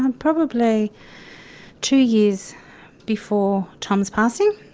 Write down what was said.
um probably two years before tom's passing,